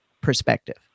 perspective